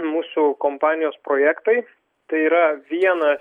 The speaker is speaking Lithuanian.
mūsų kompanijos projektai tai yra vienas